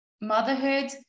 motherhood